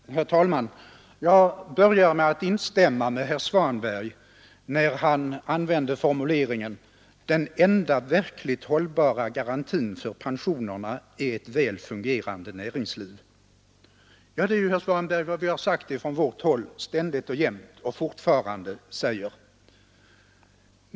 Herr talman! Jag börjar med att instämma med herr Svanberg när han använde formuleringen att den enda verkligt hållbara garantin för pensionerna är ett väl fungerande näringsliv. Ja, det är ju, herr Svanberg, vad vi har sagt på vårt håll ständigt och jämt och vad vi fortfarande säger.